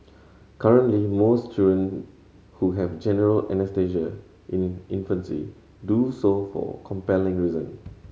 currently most children who have general anaesthesia in infancy do so for compelling reason